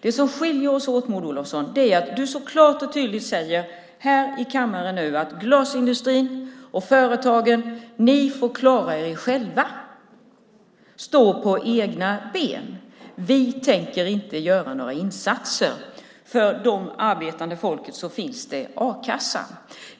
Det som skiljer oss åt, Maud Olofsson, är att du så klart och tydligt här i kammaren nu säger: Glasindustrin och företagen, ni får klara er själva och stå på egna ben. Vi tänker inte göra några insatser. För dem som arbetar där finns a-kassan.